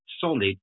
solid